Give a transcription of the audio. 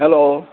hello